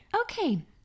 Okay